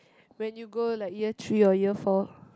when you go like year three or year four